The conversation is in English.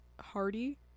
Hardy